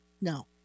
No